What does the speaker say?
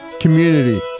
community